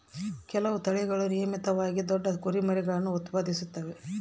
ಕೆಲವು ತಳಿಗಳು ನಿಯಮಿತವಾಗಿ ದೊಡ್ಡ ಕುರಿಮರಿಗುಳ್ನ ಉತ್ಪಾದಿಸುತ್ತವೆ